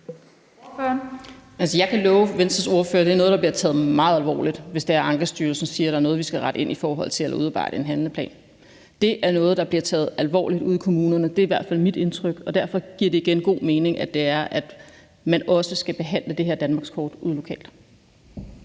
at det er noget, der bliver taget meget alvorligt, hvis det er sådan, at Ankestyrelsen siger, at der er noget, man skal rette ind i forhold til, eller at man skal udarbejde en handlingsplan. Det er noget, der bliver taget alvorligt ude i kommunerne. Det er i hvert fald mit indtryk. Derfor vil jeg igen sige, at det giver god mening, at man også skal behandle det her danmarkskort ude lokalt.